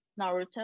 Naruto